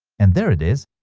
and there it is!